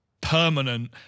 permanent